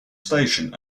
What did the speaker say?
station